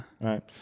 right